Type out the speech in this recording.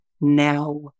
now